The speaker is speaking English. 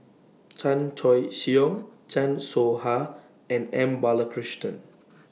Chan Choy Siong Chan Soh Ha and M Balakrishnan